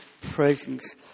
presence